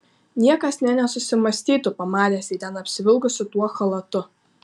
niekas nė nesusimąstytų pamatęs jį ten apsivilkusį tuo chalatu